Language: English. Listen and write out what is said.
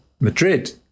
Madrid